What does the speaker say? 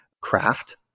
craft